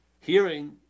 hearing